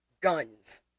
guns